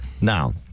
Now